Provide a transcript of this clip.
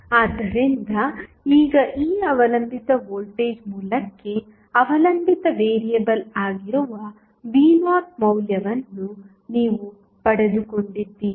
ಆದ್ದರಿಂದ ಈಗ ಈ ಅವಲಂಬಿತ ವೋಲ್ಟೇಜ್ ಮೂಲಕ್ಕೆ ಅವಲಂಬಿತ ವೇರಿಯಬಲ್ ಆಗಿರುವ v0 ಮೌಲ್ಯವನ್ನು ನೀವು ಪಡೆದುಕೊಂಡಿದ್ದೀರಿ